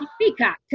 peacock